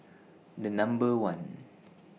The Number one